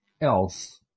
else –